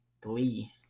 Glee